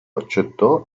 accettò